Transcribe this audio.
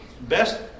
best